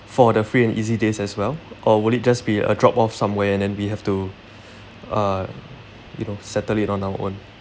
for the free and easy days as well or would it just be a drop off somewhere and then we have to uh you know settle it on our own